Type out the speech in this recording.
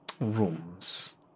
rooms